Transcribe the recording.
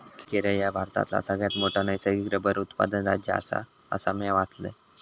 केरळ ह्या भारतातला सगळ्यात मोठा नैसर्गिक रबर उत्पादक राज्य आसा, असा म्या वाचलंय